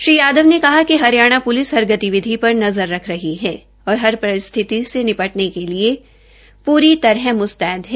श्री यादव ने कहा कि हरियाणा पुलिस हर गतिविधि पर नज़र रख रही है और हर परिस्थिति से निपटने के लिए पूरी तरह मुस्तैद है